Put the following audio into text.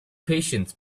patience